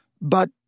But